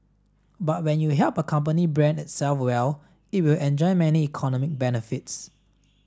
but when you help a company brand itself well it will enjoy many economic benefits